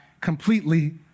completely